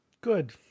Good